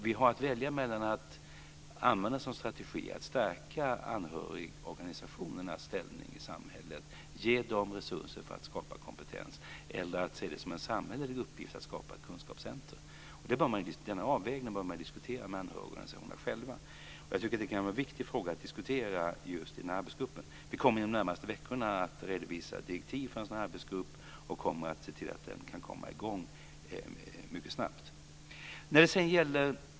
Vi har att välja mellan att använda som strategi att stärka anhörigorganisationernas ställning i samhället, ge dem resurser för att skapa kompetens, eller att se det som en samhällelig uppgift att skapa ett kunskapscenter. Denna avvägning bör man diskutera med andra organisationer. Det kan vara en viktig fråga att diskutera i arbetsgruppen. Regeringen kommer inom de närmaste veckorna att redovisa direktiv för en sådan arbetsgrupp och se till att den kan komma i gång med sitt arbete snabbt.